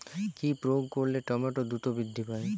কি প্রয়োগ করলে টমেটো দ্রুত বৃদ্ধি পায়?